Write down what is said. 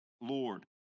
Lord